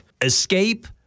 Escape